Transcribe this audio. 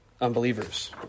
unbelievers